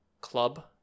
Club